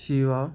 Shiva